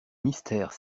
mystère